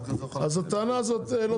אז הטענה הזאת לא תופסת.